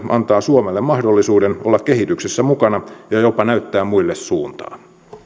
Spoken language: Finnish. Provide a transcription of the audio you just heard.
antaa suomelle mahdollisuuden olla kehityksessä mukana ja jopa näyttää muille suuntaa